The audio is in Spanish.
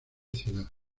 ciudad